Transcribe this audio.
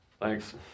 Thanks